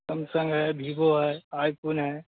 Samsung है Vivo है iPhone है